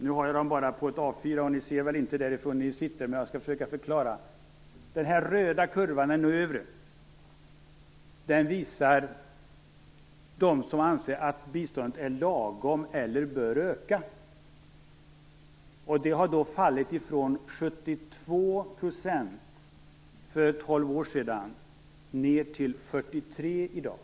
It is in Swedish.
Nu har jag dem bara på ett A4-papper, och ni ser väl inte från era bänkar, men jag skall försöka förklara. Den här röda kurvan, den övre, visar hur många som anser att biståndet är lagom eller bör öka. Den andelen har minskat från 72 % för tolv år sedan till 43 % i dag.